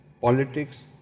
politics